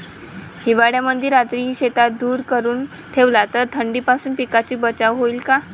हिवाळ्यामंदी रात्री शेतात धुर करून ठेवला तर थंडीपासून पिकाचा बचाव होईन का?